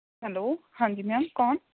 hello ਹਾਂਜੀ ma'am ਕੌਣ